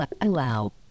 Allow